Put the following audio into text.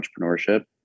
entrepreneurship